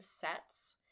sets